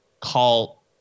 call